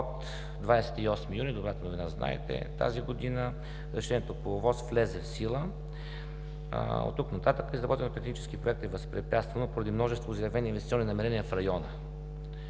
От 28 юни, добрата новина е, знаете я, тази година решението по ОВОС влезе в сила. Оттук нататък изработването на технически проект е възпрепятствано поради множество заявени инвестиционни намерения в района